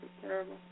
terrible